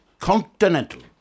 Continental